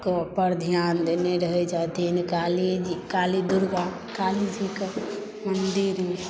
पर ध्यान देने रहै छथिन काली दुर्गा कालीजीके मन्दिरमे